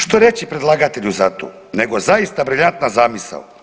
Što reći predlagatelju za to nego zaista briljantna zamisao.